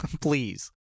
please